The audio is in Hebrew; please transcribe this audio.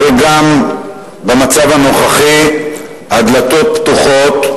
אבל גם במצב הנוכחי הדלתות פתוחות,